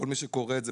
כל מי שקורא את זה,